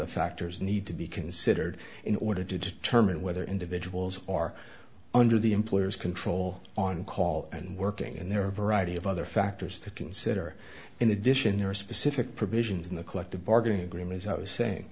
the factors need to be considered in order to determine whether individuals are under the employer's control on call and working and there are a variety of other factors to consider in addition there are specific provisions in the collective bargaining agreement i was saying